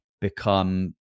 become